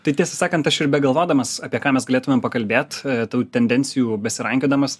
tai tiesą sakant aš ir begalvodamas apie ką mes galėtumėm pakalbėt tų tendencijų besirankiodamas